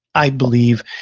i believe,